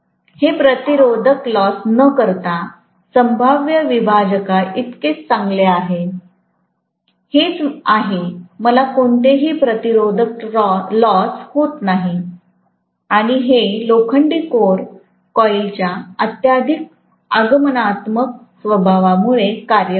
हे प्रतिरोधक लॉस न करता संभाव्य विभाजका इतकेच चांगले आहे हेच आहे मला कोणतेही प्रतिरोधक लॉस होत नाही आणि हे लोखंडी कोर कॉइलच्या अत्यधिक आगमनात्मक स्वभावामुळे कार्य करते